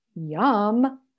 Yum